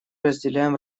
разделяем